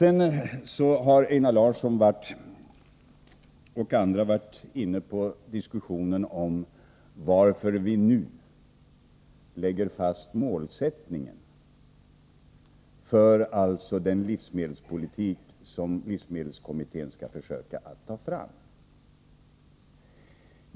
Einar Larsson och andra har varit inne på diskussionen om varför vi nu lägger fast målsättningen för den livsmedelspolitik som livsmedelskommittén skall försöka utforma förslag till.